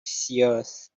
seers